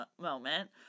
moment